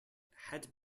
had